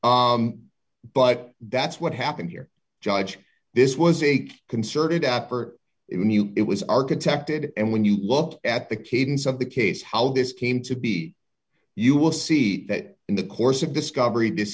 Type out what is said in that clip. should but that's what happened here judge this was a concerted effort it knew it was architected and when you look at the cadence of the case how this came to be you will see that in the course of discovery this